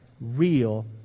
real